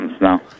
now